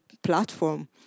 platform